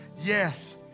Yes